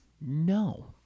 no